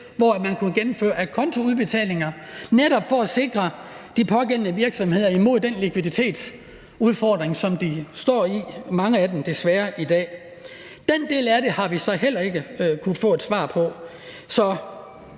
hvor man kunne gennemføre acontoudbetalinger for netop at sikre de pågældende virksomheder i forhold til den likviditetsudfordring, som mange af dem desværre står med i dag. Den del af det har vi så heller ikke kunnet få et svar på. Så